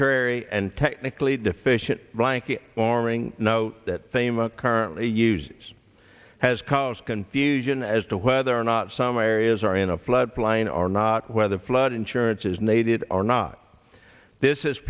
terry and technically deficient blanket warming note that payment currently uses has caused confusion as to whether or not some areas are in a flood plain or not where the flood insurance is needed or not this is